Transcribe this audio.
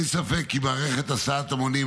אין ספק כי מערכת הסעת המונים,